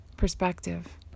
Perspective